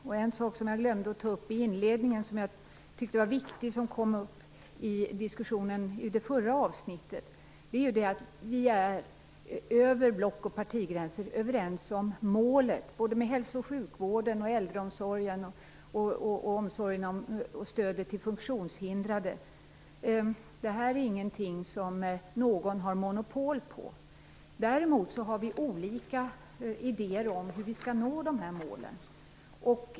En viktig sak som jag glömde att ta upp i inledningen, som kom upp i diskussionen om det förra avsnittet, är att vi över block och partigränser är överens om målen för såväl hälso och sjukvården som äldreomsorgen och stödet till funktionshindrade. Det här är ingenting som någon har monopol på. Däremot har vi olika idéer om hur vi skall nå målen.